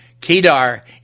Kedar